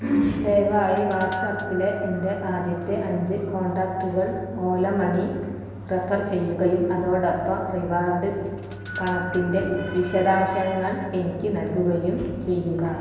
ദയവായി വാട്ട്സ്ആപ്പിലെ എൻ്റെ ആദ്യത്തെ അഞ്ച് കോൺടാക്റ്റുകൾ ഓല മണി റഫർ ചെയ്യുകയും അതോടൊപ്പം റിവാർഡ് പണത്തിൻ്റെ വിശദാംശങ്ങൾ എനിക്ക് നൽകുകയും ചെയ്യുക